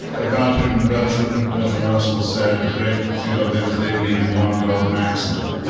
about whom bertrand bertrand russell said, the great thing about them is they believe in one god maximum.